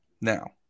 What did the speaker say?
Now